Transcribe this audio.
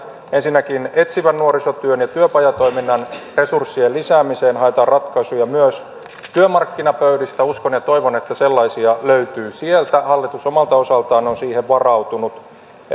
ensinnäkin etsivän nuorisotyön ja työpajatoiminnan resurssien lisäämiseen haetaan ratkaisuja myös työmarkkinapöydistä uskon ja toivon että sellaisia löytyy sieltä hallitus omalta osaltaan on siihen varautunut